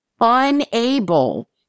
unable